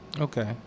okay